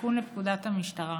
תיקון לפקודת המשטרה.